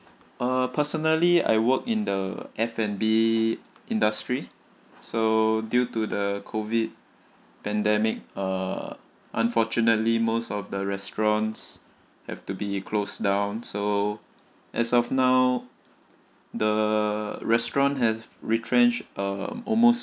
uh personally I work in the F and B industry so due to the COVID pandemic uh unfortunately most of the restaurants have to be close down so as of now the restaurant have retrenched uh almost